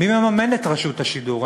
מי מממן את רשות השידור?